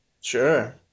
Sure